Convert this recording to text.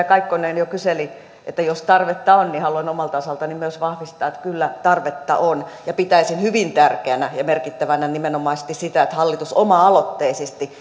kaikkonen jo kyseli että josko tarvetta on niin haluan omalta osaltani myös vahvistaa että kyllä tarvetta on pitäisin hyvin tärkeänä ja merkittävänä nimenomaisesti sitä että hallitus oma aloitteisesti